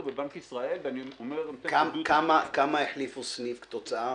בבנק ישראל --- כמה החליפו סניף כתוצאה